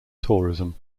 tourism